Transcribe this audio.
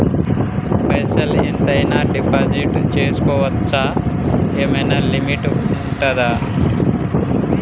పైసల్ ఎంత అయినా డిపాజిట్ చేస్కోవచ్చా? ఏమైనా లిమిట్ ఉంటదా?